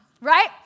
Right